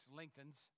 lengthens